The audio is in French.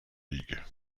league